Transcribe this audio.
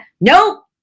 Nope